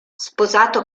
sposato